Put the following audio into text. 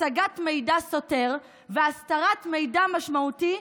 הצגת מידע סותר והסתרת מידע משמעותי,